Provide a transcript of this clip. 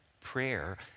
prayer